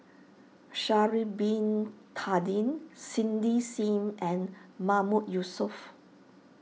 Sha'ari Bin Tadin Cindy Sim and Mahmood Yusof